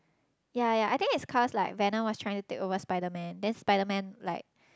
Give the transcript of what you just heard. yea yea I think it's cause like venom was trying to take over Spiderman then Spiderman like